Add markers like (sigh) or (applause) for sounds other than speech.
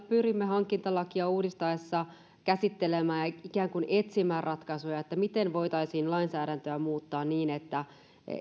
(unintelligible) pyrimme hankintalakia uudistettaessa käsittelemään ikään kuin etsimään ratkaisuja miten voitaisiin lainsäädäntöä muuttaa niin että